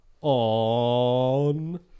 on